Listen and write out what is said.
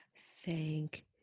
Thank